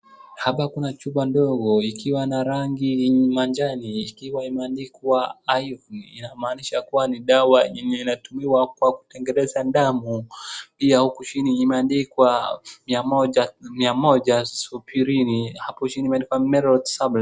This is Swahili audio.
Hapa kuna chupa ndogo ,ikiwa na rangi ya majani ikiwa imeandikwa iron .Inamanisha kuwa ni dawa yenye inatumiwa kwa kutengeneza damu. Hii ya huku chini imeandikwa mia moja subirini apo chini imeandikwa meltos sabs .